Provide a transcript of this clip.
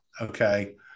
okay